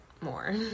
more